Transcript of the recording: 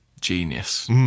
Genius